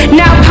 now